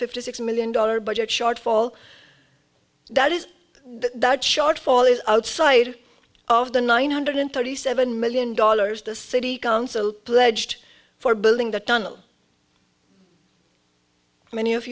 fifty six million dollars budget shortfall that is that shortfall is outside of the nine hundred thirty seven million dollars the city council pledged for building the tunnel m